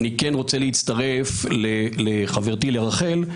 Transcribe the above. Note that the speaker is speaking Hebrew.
אני כן רוצה להצטרף לחברתי לרחל,